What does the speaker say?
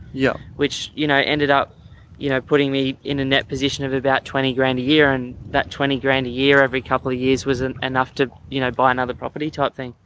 yeah which you know ended up you know putting me in a net position of about twenty grand a year. and that twenty grand a year every couple of years was enough to you know buy another property type thing.